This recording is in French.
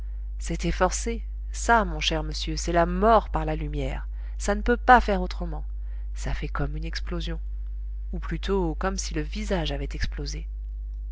c'était forcé ça mon cher monsieur c'est la mort par la lumière ça ne peut pas faire autrement ça fait comme une explosion ou plutôt comme si le visage avait explosé